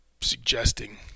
suggesting